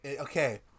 Okay